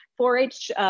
4-H